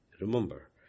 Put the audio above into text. Remember